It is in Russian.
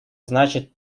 значит